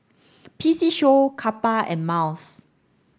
P C Show Kappa and Miles